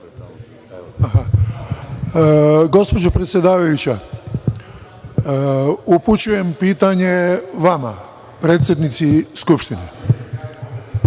Gospođo predsedavajuća, upućujem pitanje vama, predsednici Skupštine.